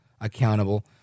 accountable